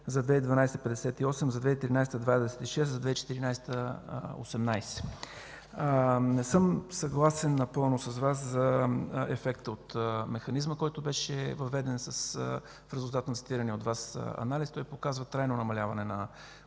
за 2012 г. – 58, за 2013 г. – 26, за 2014 г. – 18. Не съм съгласен напълно с Вас за ефекта от механизма, който беше въведен в резултат на цитирания от Вас анализ. Той показва трайно намаляване на